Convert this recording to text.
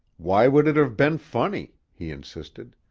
why would it have been funny? he insisted.